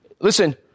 Listen